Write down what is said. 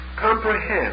comprehend